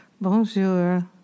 Bonjour